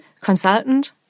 Consultant